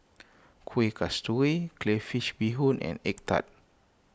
Kueh Kasturi Crayfish BeeHoon and Egg Tart